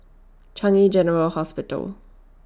Changi General Hospital